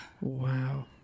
Wow